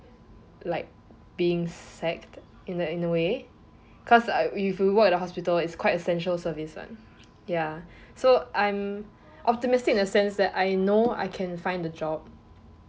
like being sacked in a in a way cause if you work in the hospital is quite essential service [what] ya so I'm optimistic in the sense that I know I can find a job